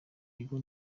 bigo